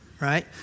right